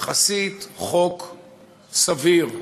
יחסית חוק סביר,